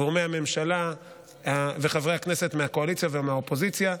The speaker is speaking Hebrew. גורמי הממשלה וחברי הכנסת מהקואליציה ומהאופוזיציה,